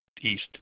East